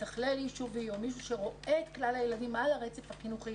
מתכלל יישובי או מישהו שרואה את כלל הילדים על הרצף החינוכי